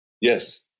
Yes